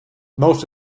most